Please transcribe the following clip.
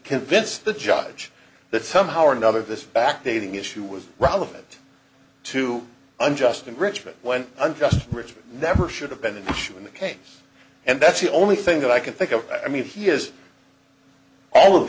convince the judge that somehow or another this backdating issue was relevant to unjust enrichment when unjust enrichment never should have been an issue in the case and that's the only thing that i can think of i mean he has all of